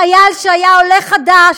חייל שהיה עולה חדש,